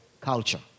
culture